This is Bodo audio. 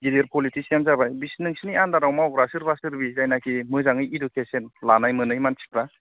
गिदिर पलिटपसियान जाबाय नोंसोरनि आनदाराव मावग्रा सोरबा सोरबि जायनोखि मोजाङै इदुकेस'न खौ लानाय मोनै मानसिफ्रा